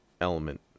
element